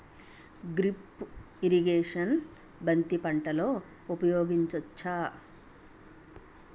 Drip irrigation బంతి పంటలో ఊపయోగించచ్చ?